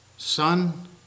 Son